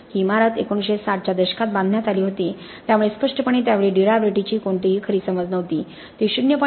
ही इमारत 1960 च्या दशकात बांधण्यात आली होती त्यामुळे स्पष्टपणे त्या वेळी ड्युर्याबिलिटीची कोणतीही खरी समज नव्हती ती 0